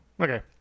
Okay